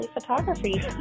photography